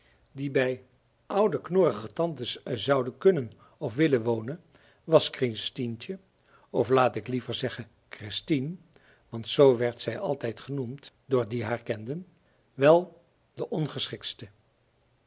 die bij oude knorrige tantes zouden kunnen of willen wonen was christientje of laat ik liever zeggen christien want zoo werd zij altijd genoemd door die haar kenden wel de